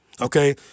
okay